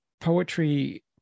poetry